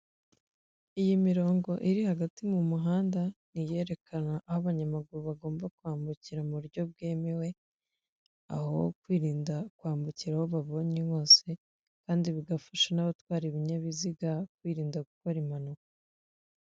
Iyi mirongo iri hagati mu muhanda ni iyerekana aho abanyamaguru bagomba kwambukira mu buryo bwemewe, aho kwirinda kwambukira aho babonye hose, kandi bigafasha n'abatwara ibinyabiziga kwirinda gukora impanuka.